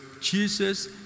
Jesus